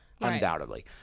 undoubtedly